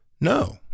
No